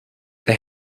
they